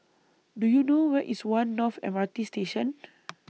Do YOU know Where IS one North M R T Station